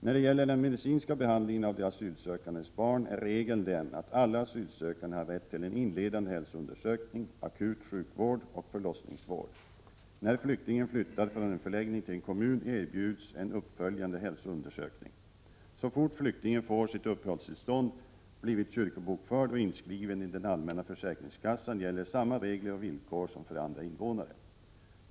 När det gäller den medicinska behandlingen av de asylsökandes barn är regeln den att alla asylsökande har rätt till en inledande hälsoundersökning, akut sjukvård och förlossningsvård. När flyktingen flyttar från en förläggning till en kommun erbjuds en uppföljande hälsoundersökning. Så fort flyktingen får sitt uppehållstillstånd, blivit kyrkobokförd och inskriven i den allmänna försäkringskassan gäller samma regler och villkor som för andra invånare.